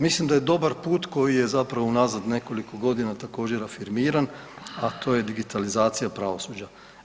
Mislim da je dobar put koji je zapravo unazad nekoliko godina također afirmiran, a to je digitalizacija pravosuđa.